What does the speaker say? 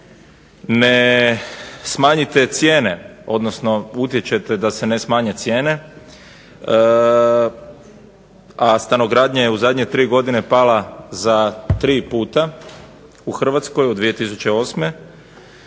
ne smanjite cijene, odnosno utječete da se ne smanje cijene a stanogradnja je u zadnje tri godine pala za tri puta u Hrvatskoj od 2008.